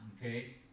okay